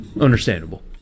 understandable